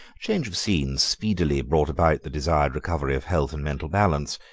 change of scene speedily brought about the desired recovery of health and mental balance.